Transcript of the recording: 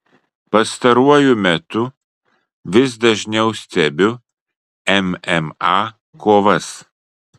pastaruoju metu vis dažniau stebiu mma kovas